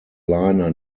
liner